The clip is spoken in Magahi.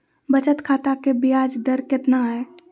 बचत खाता के बियाज दर कितना है?